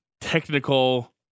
technical